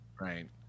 Right